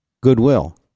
Goodwill